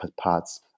parts